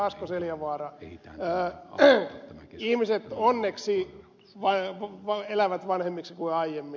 asko seljavaara ihmiset onneksi elävät vanhemmiksi kuin aiemmin